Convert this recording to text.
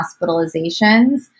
hospitalizations